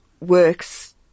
works